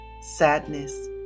sadness